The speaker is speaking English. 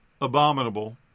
abominable